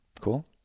Cool